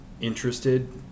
interested